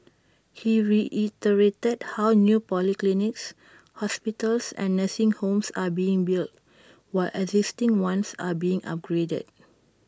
he reiterated how new polyclinics hospitals and nursing homes are being built while existing ones are being upgraded